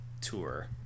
tour